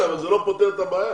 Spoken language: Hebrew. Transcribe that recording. אבל זה לא פותר את הבעיה.